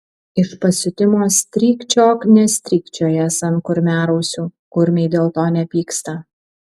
iš pasiutimo strykčiok nestrykčiojęs ant kurmiarausių kurmiai dėl to nepyksta